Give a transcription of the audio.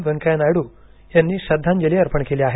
व्यंकया नायडू यांनी श्रद्धांजली अर्पण केली आहे